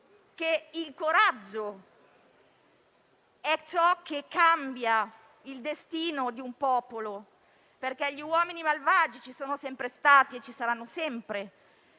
che il coraggio è ciò che cambia il destino di un popolo, perché gli uomini malvagi ci sono sempre stati e ci saranno sempre,